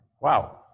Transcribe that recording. Wow